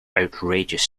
outrageous